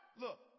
look